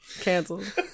canceled